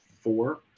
four